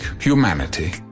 humanity